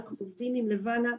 אנחנו עובדים עם לבנה.